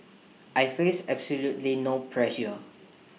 I face absolutely no pressure